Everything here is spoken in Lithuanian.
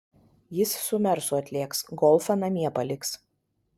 jis su mersu atlėks golfą namie paliks